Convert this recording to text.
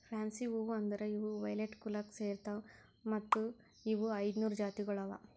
fancy ಹೂವು ಅಂದುರ್ ಇವು ವೈಲೆಟ್ ಕುಲಕ್ ಸೇರ್ತಾವ್ ಮತ್ತ ಇವು ಐದ ನೂರು ಜಾತಿಗೊಳ್ ಅವಾ